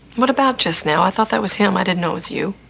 what about just now? i thought that was how my dad knows you.